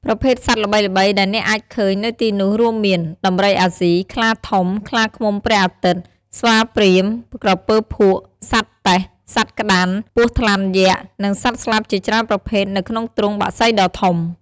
ប្រភេទសត្វល្បីៗដែលអ្នកអាចឃើញនៅទីនោះរួមមាន ដំរីអាស៊ី ខ្លាធំ ខ្លាឃ្មុំព្រះអាទិត្យ ស្វាព្រាហ្មណ៍ ក្រពើភក់ សត្វតេះ សត្វក្តាន់ ពស់ថ្លាន់យក្ស និងសត្វស្លាបជាច្រើនប្រភេទនៅក្នុងទ្រុងបក្សីដ៏ធំ។